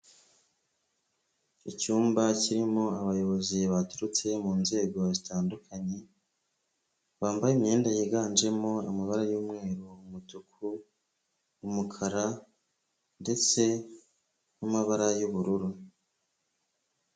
Icyumba kirimo abayobozi baturutse mu nzego zitandukanye bambaye imyenda yiganjemo amabara y'umweru, umutuku, umukara ndetse n'amabara y'ubururu.